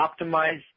optimize